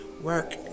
work